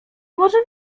może